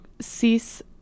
cease